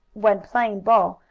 when playing ball,